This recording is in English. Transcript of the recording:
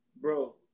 Bro